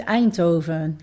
Eindhoven